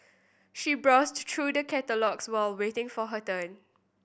she browsed through the catalogues while waiting for her turn